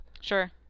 sure